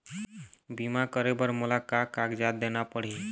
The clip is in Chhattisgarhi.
बीमा करे बर मोला का कागजात देना पड़ही?